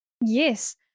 yes